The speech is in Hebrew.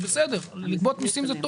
זה בסדר, לגבות מיסים זה טוב.